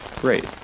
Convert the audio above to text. Great